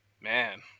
Man